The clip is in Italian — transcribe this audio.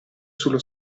sullo